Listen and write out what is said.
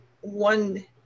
one